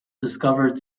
discovered